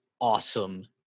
awesome